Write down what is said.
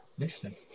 Interesting